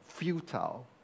Futile